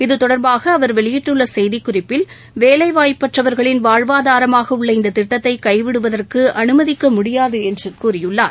இகதொடர்பாக வெளியிட்டுள்ள செய்திக் அவர் குறிப்பில் வேலை வாய்ப்பற்றவர்களின் வாழ்வாதாரமாக உள்ள இந்த திட்டத்தை கைவிடுவதற்கு அனுமதிக்க மடியாது என்று கூறியுள்ளார்